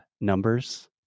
numbers